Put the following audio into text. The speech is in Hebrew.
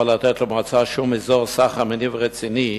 לא לתת למועצה שום אזור סחר מניב רציני,